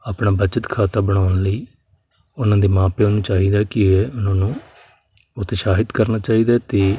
ਆਪਣਾ ਬੱਚਤ ਖਾਤਾ ਬਣਾਉਣ ਲਈ ਉਹਨਾਂ ਦੇ ਮਾਂ ਪਿਓ ਨੂੰ ਚਾਹੀਦਾ ਕਿ ਇਹ ਉਹਨਾਂ ਨੂੰ ਉਤਸ਼ਾਹਿਤ ਕਰਨਾ ਚਾਹੀਦਾ ਅਤੇ